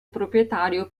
proprietario